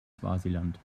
swasiland